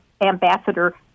Ambassador